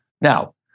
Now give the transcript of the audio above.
Now